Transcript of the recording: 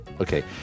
Okay